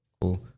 Cool